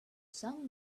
some